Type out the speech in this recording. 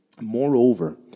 moreover